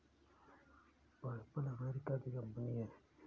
PayPal America की company है